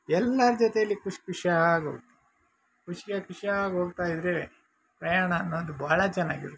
ಎಲ್ಲರ ಜೊತೆಯಲ್ಲಿ ಖುಷಿ ಖುಷಿಯಾಗೋಗ್ತೀವಿ ಖುಷ್ಯಾಗಿ ಖುಷಿಯಾಗಿ ಹೋಗ್ತಾ ಇದ್ದರೆ ಪ್ರಯಾಣ ಅನ್ನೋದು ಬಹಳ ಚೆನ್ನಾಗಿರುತ್ತೆ